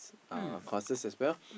uh courses as well